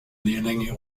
lehrlinge